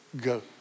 go